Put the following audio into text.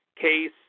case